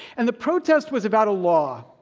and the protest was about a law.